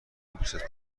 دوستت